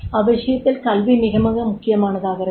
எனவே அவ்விஷயத்தில் கல்வி மிக மிக முக்கியமானதாகிறது